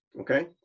Okay